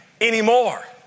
anymore